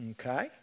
Okay